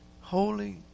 holy